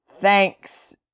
Thanks